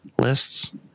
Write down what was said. lists